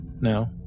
no